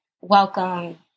welcome